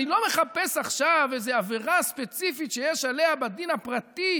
אני לא מחפש עכשיו איזה עבירה ספציפית שבדין הפרטי